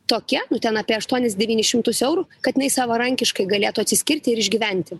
tokia nu ten apie aštuonis devynis šimtus eurų kad jinai savarankiškai galėtų atsiskirt ir išgyventi